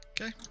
okay